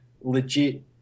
legit